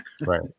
Right